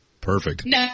Perfect